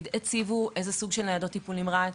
הציבו איזה סוג של ניידות טיפול נמרץ,